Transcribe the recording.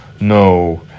No